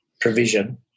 provision